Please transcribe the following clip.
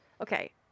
Okay